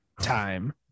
time